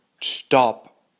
stop